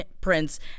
Prince